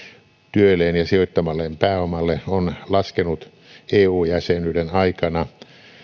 työlleen ja sijoittamalleen pääomalle on laskenut eu jäsenyyden aikana